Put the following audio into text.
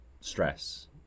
stress